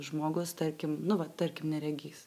žmogus tarkim nu va tarkim neregys